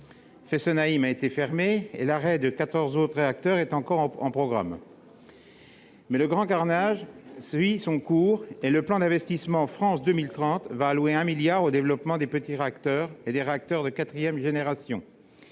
Fessenheim a été fermée, et l'arrêt de quatorze autres réacteurs est encore au programme. Le grand carnage suit son cours, et le plan d'investissement France 2030 va allouer un milliard d'euros au développement des petits réacteurs et des réacteurs de quatrième génération,